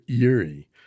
eerie